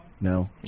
No